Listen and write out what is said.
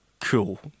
cool